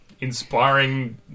inspiring